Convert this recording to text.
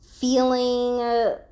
feeling